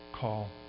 call